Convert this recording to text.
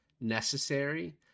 necessary